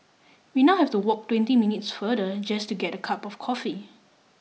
we now have to walk twenty minutes farther just to get a cup of coffee